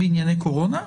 בענייני קורונה?